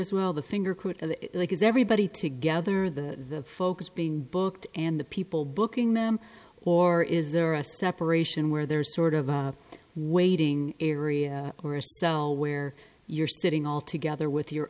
as well the finger quit or the like is everybody together the focus being booked and the people booking them or is there a separation where there's sort of a waiting area or a cell where you're sitting all together with your